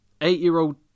Eight-year-old